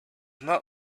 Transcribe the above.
not